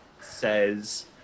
says